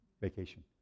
vacation